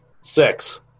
six